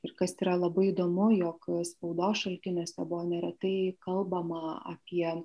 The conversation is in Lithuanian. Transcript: ir kas yra labai įdomu jog spaudos šaltiniuose buvo neretai kalbama apie